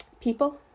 people